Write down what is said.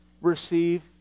receive